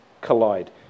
collide